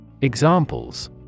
Examples